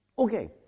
Okay